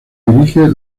dirige